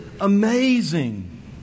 amazing